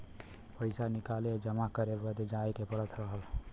पइसा निकाले जमा करे बदे जाए के पड़त रहल